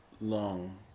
long